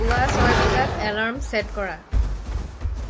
পুৱা ছয় বজাত এলাৰ্ম চে'ট কৰা